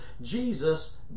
Jesus